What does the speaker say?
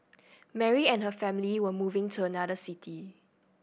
Mary and her family were moving to another city